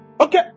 Okay